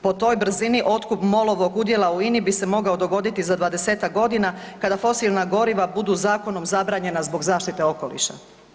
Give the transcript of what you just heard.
Po toj brzini otkup MOL-ovog udjela u INA-i bi se mogao dogoditi za dvadesetak godina kada fosilna goriva budu zakonom zabranjena zbog zaštite okoliša.